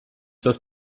das